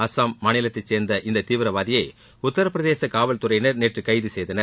அசாம் மாநிலத்தை சேர்ந்த இந்த தீவிரவாதியை உத்தரபிரதேச காவல் துறையினர் நேற்று கைது செய்தனர்